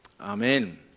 Amen